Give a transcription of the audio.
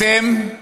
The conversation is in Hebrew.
אתם,